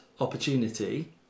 opportunity